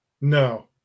No